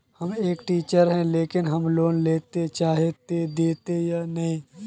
हम एक टीचर है लेकिन हम लोन लेले चाहे है ते देते या नय?